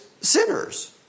sinners